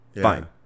fine